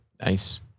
nice